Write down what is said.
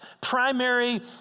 primary